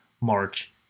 march